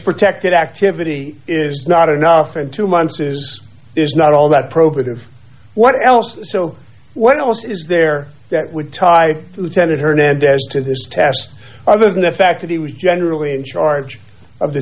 protected activity is not enough in two months it is not all that probative what else so what else is there that would tie to tenet hernandez to this task other than the fact that he was generally in charge of the